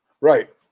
right